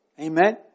Amen